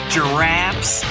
Giraffes